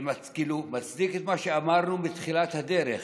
זה כאילו מצדיק את מה שאמרנו בתחילת הדרך: